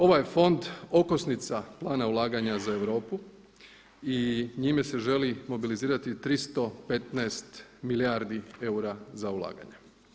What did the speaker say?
Ovaj je fond okosnica plana ulaganja za Europu i njime se želi mobilizirati 315 milijardi eura za ulaganje.